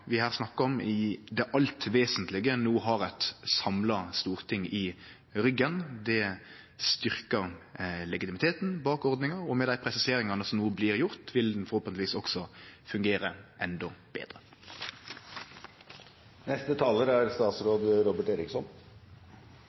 vi her snakkar om, i det alt vesentlege no har eit samla storting i ryggen. Det styrkjer legitimiteten bak ordninga, og med dei presiseringane som no blir gjorde, vil ho forhåpentlegvis også fungere endå betre. Jeg er